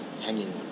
hanging